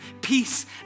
peace